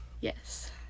yes